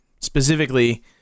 Specifically